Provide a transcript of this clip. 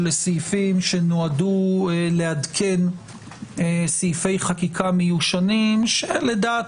ואלה סעיפים שנועדו לעדכן סעיפי חקיקה מיושנים שלדעת